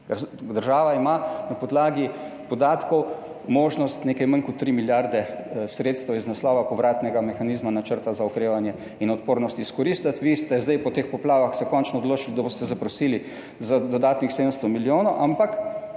Država ima na podlagi podatkov možnost izkoristiti nekaj manj kot tri milijarde sredstev iz naslova povratnega mehanizma Načrta za okrevanje in odpornost. Vi ste se zdaj po teh poplavah končno odločili, da boste zaprosili za dodatnih 700 milijonov, ampak